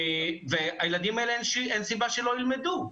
אין סיבה שהילדים האלה לא ילמדו.